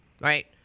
right